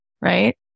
right